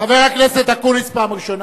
חבר הכנסת כץ.